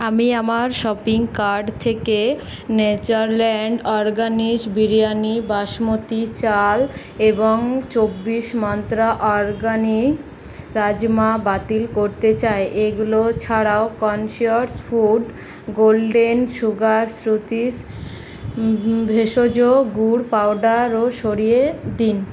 আমি আমার shopping cart থেকে নেচারল্যান্ড অরগ্যানিক্স বিরিয়ানি বাসমতি চাল এবং চব্বিশ মন্ত্র অরগ্যানিক রাজমা বাতিল করতে চাই এগুলো ছাড়াও conscious food golden sugar Shrutis ভেষজ গুড় পাউডার ও সরিয়ে দিন